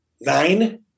Nine